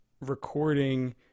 recording